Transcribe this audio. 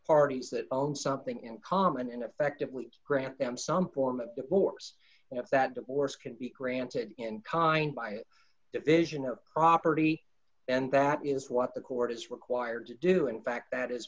parties that own something in common and effectively grant them some point divorce if that divorce can be granted in kind by division of property and that is what the court is required to do in fact that is